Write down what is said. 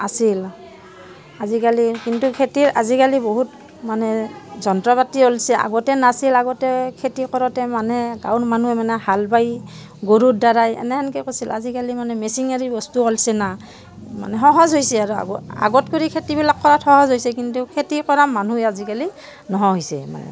আছিল আজিকালি কিন্তু খেতিৰ আজিকালি বহুত মানে যন্ত্ৰ পাতি ওলাইছে আগতে নাছিল আগতে খেতি কৰোঁতে মানুহে গাঁৱৰ মানুহে মানে হাল বাই গৰুৰ দ্বাৰাই এনেহেনকৈ কৰিছিল আজিকালি মানে মেচিনাৰী বস্তু ওলাইছে না মানে সহজ হৈছে আৰু আ আগত কৰি খেতিবিলাক কৰাত সহজ হৈছে কিন্তু খেতি কৰা মানুহে আজিকালি নোহোৱা হৈছে মানে